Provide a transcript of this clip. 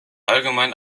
allgemein